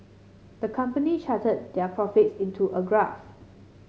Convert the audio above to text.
the company charted their profits into a graph